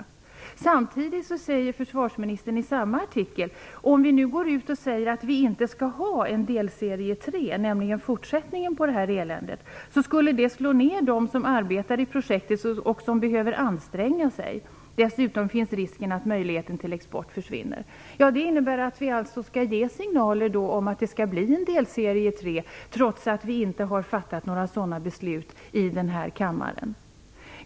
I samma artikel säger försvarsministern samtidigt: "Om vi nu går ut och säger att vi inte skall ha en delserie 3" - fortsättningen på det här eländet - "skulle det slå ner dem som arbetar i projektet och som behöver anstränga sig. Dessutom finns risken att möjligheten till export försvinner." Det innebär alltså att vi skall ge signaler om att det skall bli en delserie 3 trots att vi inte har fattat några sådana beslut här i kammaren.